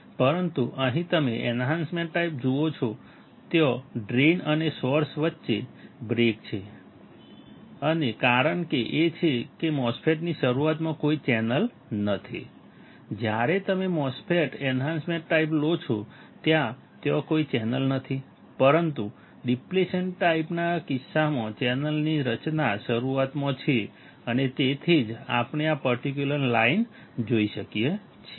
પરંતુ અહીં તમે એન્હાન્સમેન્ટ ટાઈપ જુઓ છો ત્યાં ડ્રેઇન અને સોર્સ વચ્ચે બ્રેક છે અને કારણ એ છે કે MOSFET ની શરૂઆતમાં કોઈ ચેનલ નથી જ્યારે તમે MOSFET એન્હાન્સમેન્ટ ટાઈપ લો છો તો ત્યાં કોઈ ચેનલ નથી પરંતુ ડીપ્લેશન ટાઈપનાં કિસ્સામાં ચેનલની રચના શરૂઆતમાં છે અને તેથી જ આપણે આ પર્ટિક્યુલર લાઈન જોઈ શકીએ છીએ